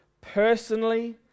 personally